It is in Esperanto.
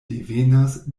devenas